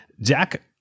Jack